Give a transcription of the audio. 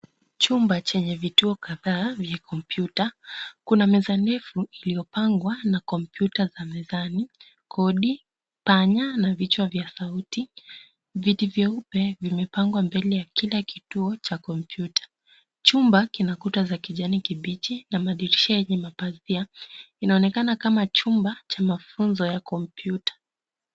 Chumba chenye vituo kadhaa vya kompyuta. Kuna meza ndefu iliyopangwa na kompyuta za mezani, kodi, kipanya na vichwa vya sauti. Viti vyeupe vimepangwa mbele ya kila kituo cha kompyuta. Chumba kina kuta za kijani kibichi na madirisha yenye mapazia. Inaonekana kama chumba chenye mafunzo ya kompyuta.